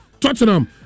Tottenham